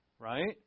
Right